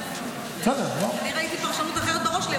--- אני ראיתי פרשנות אחרת בראש שלי,